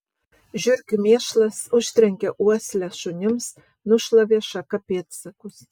žiurkių mėšlas užtrenkė uoslę šunims nušlavė šaka pėdsakus